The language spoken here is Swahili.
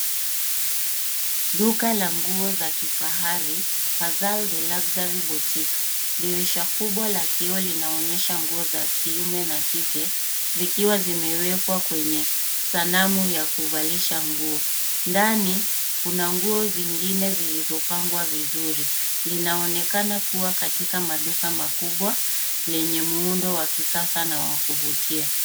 Duka la nguo za kifahari fazal the luxury boutique . Dirisha kubwa la kioo linaonesha nguo za kiume na kike zikiwa zimewekwa kwenye sanamu ya kuvalisha nguo. Ndani kuna nguo zingine zilizopangwa vizuri. Linaonekana kuwa katika maduka makubwa lenye muundo wa kisasa na wa kuvutia.